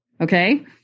Okay